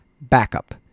backup